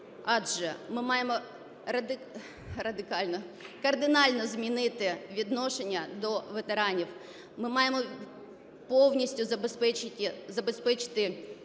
Адже ми маємо кардинально змінити відношення до ветеранів, ми маємо повністю забезпечити